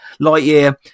Lightyear